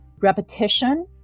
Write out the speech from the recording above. repetition